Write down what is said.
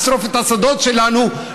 לשרוף את השדות שלנו,